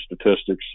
statistics